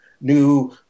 New